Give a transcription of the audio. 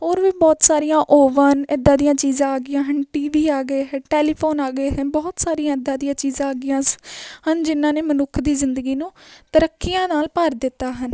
ਹੋਰ ਵੀ ਬਹੁਤ ਸਾਰੀਆਂ ਓਵਨ ਇੱਦਾਂ ਦੀਆਂ ਚੀਜ਼ਾਂ ਆ ਗਈਆਂ ਹਨ ਟੀ ਵੀ ਆ ਗਏ ਹੈ ਟੈਲੀਫੋਨ ਆ ਗਏ ਹੈ ਬਹੁਤ ਸਾਰੀਆਂ ਇੱਦਾਂ ਦੀਆਂ ਚੀਜ਼ਾਂ ਆ ਗਈਆਂ ਸ ਹਨ ਜਿਨ੍ਹਾਂ ਨੇ ਮਨੁੱਖ ਦੀ ਜ਼ਿੰਦਗੀ ਨੂੰ ਤਰੱਕੀਆਂ ਨਾਲ ਭਰ ਦਿੱਤਾ ਹਨ